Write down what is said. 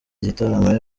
igitaramo